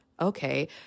Okay